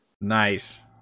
Nice